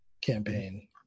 campaign